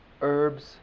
herbs